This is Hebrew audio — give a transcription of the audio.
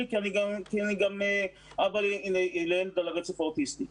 כי אני גם אבא לילד על הרצף האוטיסטי.